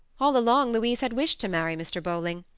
all along, louise had wished to marry mr. bowling.